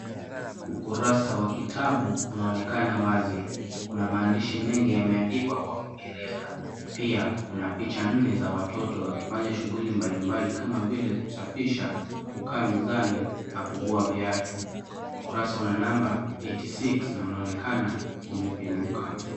Ukurasa wa kitabu unaonekana wazi. Kuna maandishi mengi yameandikwa kwa Kiingereza. Pia kuna picha nne za watoto wakifanya shughuli mbalimbali kama vile kusafisha, kukaa mezani na kuvua viatu. Ukurasa una namba eighty six na unaonekana umepinduka.